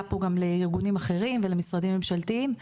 פה גם לארגונים אחרים ולמשרדים ממשלתיים,